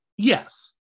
yes